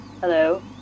Hello